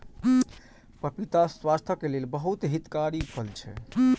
पपीता स्वास्थ्यक लेल बहुत हितकारी फल छै